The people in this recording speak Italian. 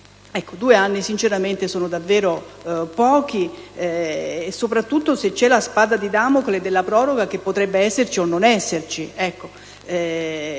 oggi. Due anni sinceramente sono davvero pochi, soprattutto se c'è la spada di Damocle della proroga, che potrebbe esserci o meno.